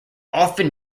often